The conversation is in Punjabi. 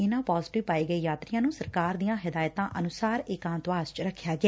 ਇਨ੍ਹਾਂ ਪਾਜਟਿਵ ਪਾਏ ਗਏ ਯਾਤਰੀਆਂ ਨੂੰ ਸਰਕਾਰ ਦੀਆਂ ਹਦਾਇਤਾਂ ਅਨੁਸਾਰ ਏਕਾਂਤਵਾਸ ਚ ਰੱਖਿਆ ਗਿਆ